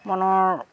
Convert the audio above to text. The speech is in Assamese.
মনৰ